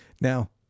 Now